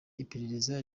iperereza